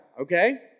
okay